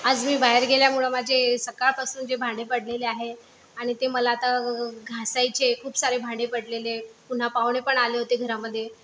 आज मी बाहेर गेल्यामुळे माझे सकाळपासूनचे भांडे पडलेले आहे आणि ते मला आता घासायचे आहे खूप सारे भांडे पडलेले पुन्हा पाहुणे पण आले होते घरामध्ये